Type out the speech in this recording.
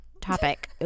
topic